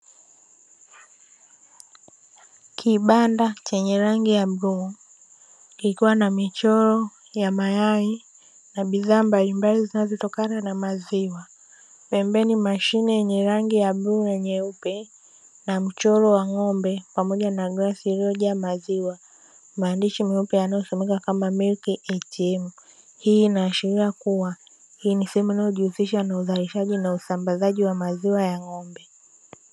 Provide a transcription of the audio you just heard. Kibanda chenye rangi ya bluu kikiwa na michoro ya mayai na bidhaa mbalimbali zinazotokana na maziwa, pembeni mashine yenye rangi ya bluu na nyeupe na mchoro wa ng'ombe pamoja glasi iliyojaaa maziwa, maandishi meupe yanayosomeka kama "Milk ATM". Hii inaashiria kuwa, hii ni sehemu inayojihusisha na uzalishaji na usambazaji wa maziwa ya ng'ombe.